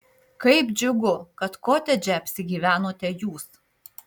kaip džiugu kad kotedže apsigyvenote jūs